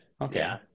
Okay